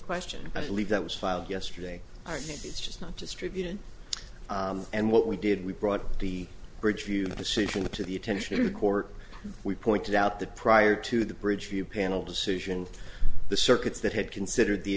question i believe that was filed yesterday i think it's just not distributed and what we did we brought the bridgeview decision to the attention of the court we pointed out that prior to the bridge view panel decision the circuits that had considered the